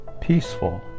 peaceful